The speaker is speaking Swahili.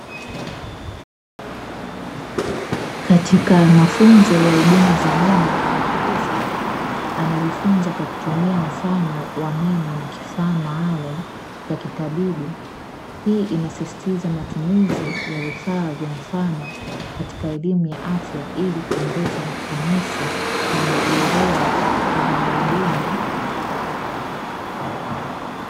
Katika mafunzo ya huduma za meno muuguzi anajifunza kwa kutumia mfano wa meno na kifaa maalumu cha kitabibu, hii inasisitiza matumizi ya vifaa vya mfano katika elimu ya afya ili kuongeza ufanisi na uelewa wa wahudumu wa afya.